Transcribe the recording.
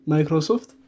Microsoft